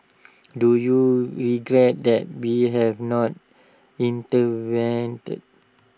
do you regret that we have not intervened